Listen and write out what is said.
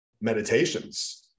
meditations